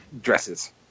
dresses